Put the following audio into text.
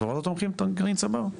כבר לא תומכים גרעין צבר?